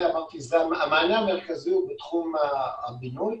המענה המרכזי הוא בתחום הבינוי,